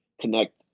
connect